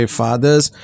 fathers